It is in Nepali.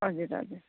हजुर हजुर